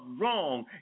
wrong